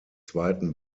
zweiten